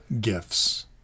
gifts